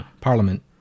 parliament